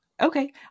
Okay